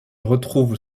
retrouvent